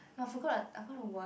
no I forgot I forgot the word